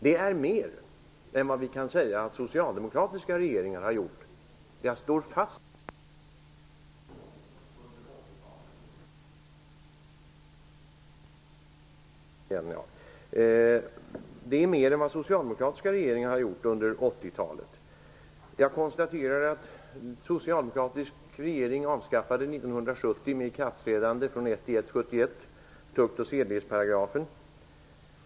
Detta är mer än vi kan säga att socialdemokratiska regeringar gjorde under 80 En socialdemokratisk regering avskaffade 1970, med ikraftträdande den 1 januari 1971, tukt och sedlighesparagrafen.